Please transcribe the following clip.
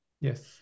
Yes